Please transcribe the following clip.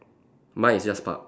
mine is just park